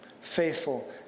Faithful